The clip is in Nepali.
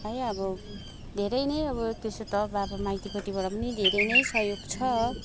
है अब धेरै नै अब त्यसो त बाबा माइतीपट्टिबाट पनि धेरै नै सहयोग छ